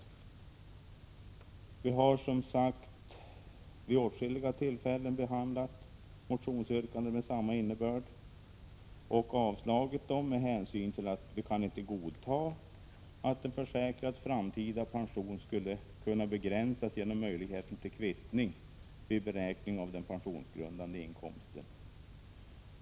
Riksdagen har, som sagt, vid åtskilliga tillfällen behandlat motionsyrkanden med samma innebörd och avslagit dem med hänsyn till att det inte kan godtas att en försäkrads framtida pension skulle kunna begränsas genom möjligheten till kvittning vid beräkning av den pensionsgrundande inkomsten.